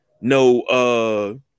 no